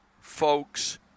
folks